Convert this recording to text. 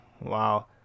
wow